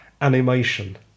animation